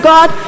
God